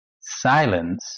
Silence